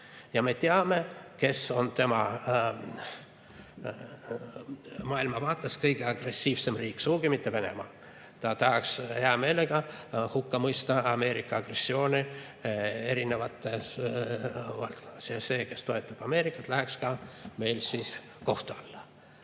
Ja me teame, kes on tema maailmavaate kohaselt kõige agressiivsem riik. Sugugi mitte Venemaa. Ta tahaks hea meelega hukka mõista Ameerika agressioone erinevates valdkondades ja see, kes toetab Ameerikat, läheks ka meil siis kohtu alla.